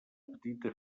petita